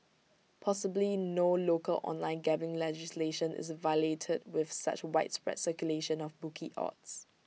possibly no local online gambling legislation is violated with such widespread circulation of bookie odds